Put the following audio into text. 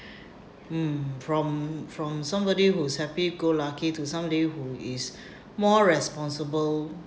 hmm from from somebody who's happy go lucky to somebody who is more responsible